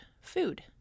food